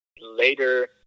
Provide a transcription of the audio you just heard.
later